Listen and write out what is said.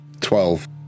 Twelve